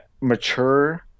mature